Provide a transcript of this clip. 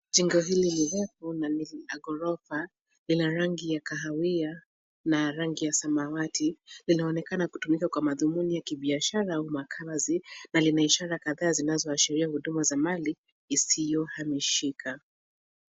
Jengo hili ni refu na ni la ghorofa. Lina rangi ya kahawia na rangi ya samawwti. Linaonekana kutumika kwa mathumni ya kibiashara au makazi na lina ishara kadhaa zinazoahiria huduma za mali isiyohamishika.